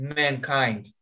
mankind